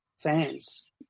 fans